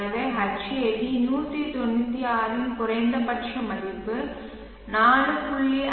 எனவே Hat 196 இன் குறைந்தபட்ச மதிப்பு 4